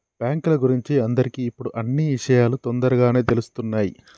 బాంకుల గురించి అందరికి ఇప్పుడు అన్నీ ఇషయాలు తోందరగానే తెలుస్తున్నాయి